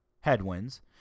headwinds